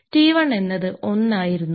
T1 എന്നത് 1 ആയിരുന്നു